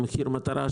מחיר מטרה,